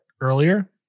earlier